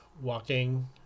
walking